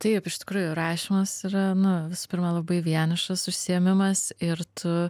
taip iš tikrųjų rašymas yra nu visų pirma labai vienišas užsiėmimas ir tu